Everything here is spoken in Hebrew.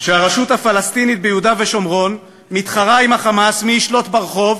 שהרשות הפלסטינית ביהודה ושומרון מתחרה עם ה"חמאס" מי ישלוט ברחוב,